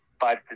five